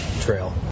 trail